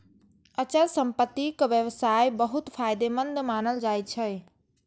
अचल संपत्तिक व्यवसाय बहुत फायदेमंद मानल जाइ छै